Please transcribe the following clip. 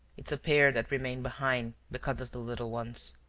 it's a pair that remained behind because of the little ones.